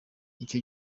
icyo